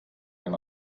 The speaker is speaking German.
ein